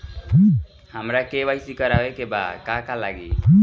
हमरा के.वाइ.सी करबाबे के बा का का लागि?